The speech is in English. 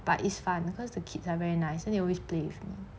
but it's fun because the kids are very nice and they always play with me